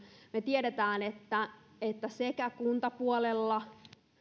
me tiedämme miten paljon sekä kuntapuolella